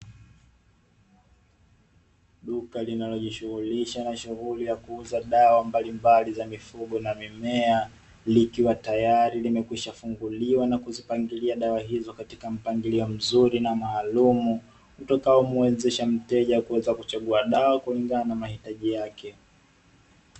Duka linalojishughulisha na shughuli ya kuuza dawa mbalimbali za mifugo na mimea, likiwa tayari limekwishafunguliwa na kuzipangilia dawa hizo katika mpangilio mzuri na maalumu, utakaomuwezesha mteja kuweza kuchagua dawa kulingana na mahitaji yake.